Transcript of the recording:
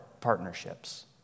partnerships